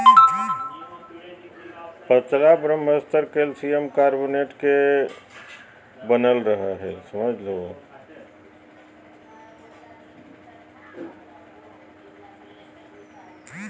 पतला बाह्यस्तर calcium carbonate के बनल होबो हइ